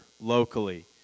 locally